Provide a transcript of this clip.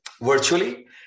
virtually